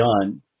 done